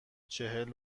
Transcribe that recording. چهل